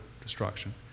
destruction